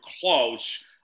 close